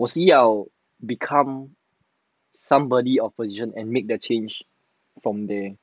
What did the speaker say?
我是要 become somebody and position and make the change from there